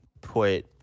put